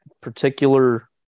particular –